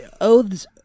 oaths